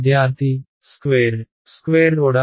విద్యార్థి స్క్వేర్డ్